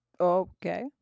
Okay